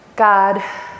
God